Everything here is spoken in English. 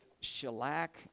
shellac